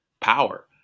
power